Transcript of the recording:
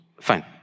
Fine